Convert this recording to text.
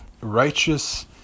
righteous